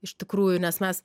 iš tikrųjų nes mes